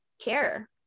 care